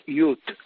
Youth